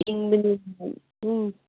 ꯏꯪꯕꯅꯤꯅ ꯑꯗꯨꯝ